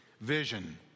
vision